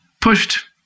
pushed